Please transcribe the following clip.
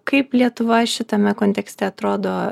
kaip lietuva šitame kontekste atrodo